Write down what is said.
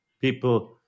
people